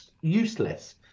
useless